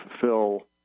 fulfill